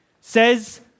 says